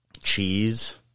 Cheese